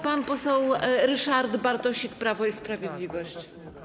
Pan poseł Ryszard Bartosik, Prawo i Sprawiedliwość.